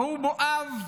ראו בו אב,